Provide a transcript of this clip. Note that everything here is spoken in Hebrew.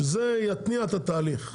שזה יתניע את התהליך.